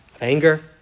anger